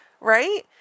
Right